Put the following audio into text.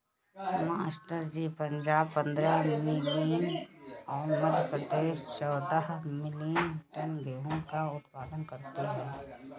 master ji Punjab पंद्रह million और मध्य प्रदेश चौदह मिलीयन टन गेहूं का उत्पादन करती है